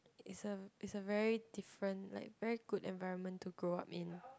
is a is a very different like very good environment to grow up in